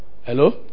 Hello